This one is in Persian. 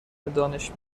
دانش